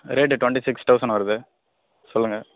rate twenty six thousand வருது சொல்லுங்கள்